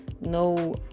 No